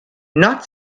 not